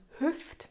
Hüft